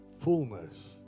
fullness